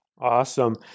Awesome